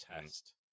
test